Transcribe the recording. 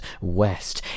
West